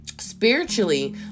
spiritually